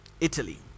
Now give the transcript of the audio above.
Italy